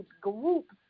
groups